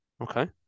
Okay